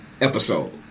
episode